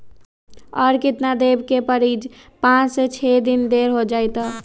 और केतना देब के परी पाँच से छे दिन देर हो जाई त?